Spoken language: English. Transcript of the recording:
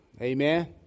amen